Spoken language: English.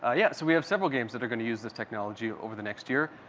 ah yeah, so we have several games that are going to use this technology over the next year.